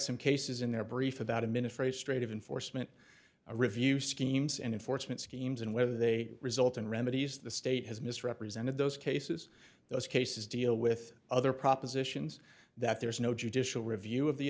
some cases in their brief about a minute for a straight of enforcement a review schemes and enforcement schemes and whether they result in remedies the state has misrepresented those cases those cases deal with other propositions that there is no judicial review of the